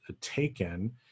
taken